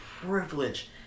privilege